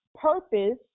purpose